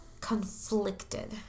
conflicted